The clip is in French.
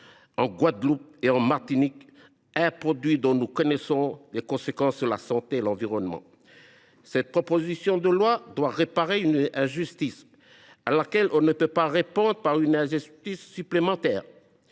en Guadeloupe et en Martinique un produit dont on connaissait les conséquences sur la santé et sur l’environnement ! Cette proposition de loi doit réparer une injustice à laquelle nous ne saurions répondre par une injustice supplémentaire.